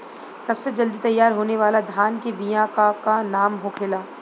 सबसे जल्दी तैयार होने वाला धान के बिया का का नाम होखेला?